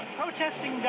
protesting